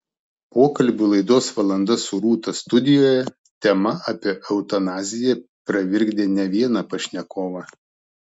pokalbių laidos valanda su rūta studijoje tema apie eutanaziją pravirkdė ne vieną pašnekovą